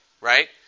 right